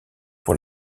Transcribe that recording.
pour